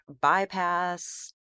bypass